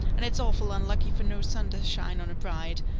and it's awful unlucky for no sun to shine on a bride,